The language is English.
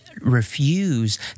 refuse